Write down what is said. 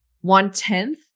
one-tenth